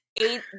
Eight